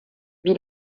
wie